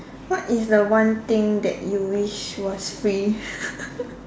what is the one thing that you wish was free